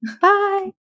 Bye